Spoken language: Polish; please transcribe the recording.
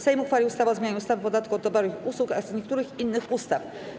Sejm uchwalił ustawę o zmianie ustawy o podatku od towarów i usług oraz niektórych innych ustaw.